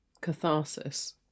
catharsis